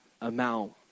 amount